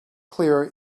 clear